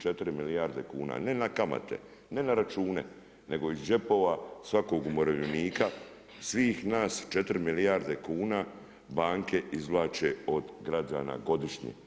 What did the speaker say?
4 milijarde kuna, ne na kamate, ne na račune, nego iz džepova svakog umirovljenika, svih nas 4 milijarde kuna banke izvlače od građana godišnje.